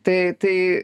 tai tai